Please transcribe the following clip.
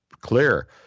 clear